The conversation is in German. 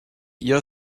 ihr